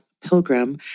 Pilgrim